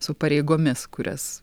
su pareigomis kurias